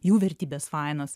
jų vertybės fainos